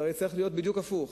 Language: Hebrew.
זה הרי צריך להיות בדיוק הפוך.